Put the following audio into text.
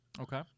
Okay